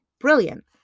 Brilliant